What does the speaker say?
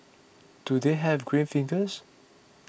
do they have green fingers